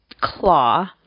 claw